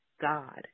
God